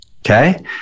Okay